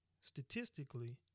statistically